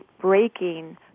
breaking